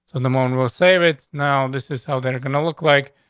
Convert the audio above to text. and the moon will save it. now, this is how they're gonna look like.